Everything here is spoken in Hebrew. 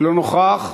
אינו נוכח.